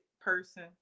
person